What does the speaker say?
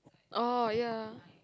oh ya